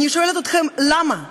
אני שואלת אתכם: למה?